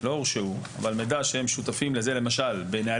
על מורים שלא הורשעו אבל שותפים לזה בנהלים